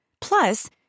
Plus